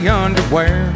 underwear